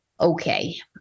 okay